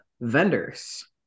vendors